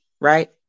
right